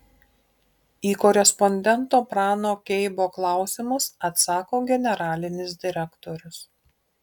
į korespondento prano keibo klausimus atsako generalinis direktorius